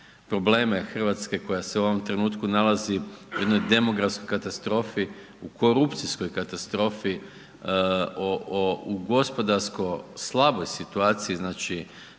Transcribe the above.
Hrvatske koja se u ovom trenutku nalazi u jednoj demografskoj katastrofi, u korupcijskoj katastrofi, u gospodarsko slaboj situaciji, nemamo